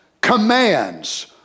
commands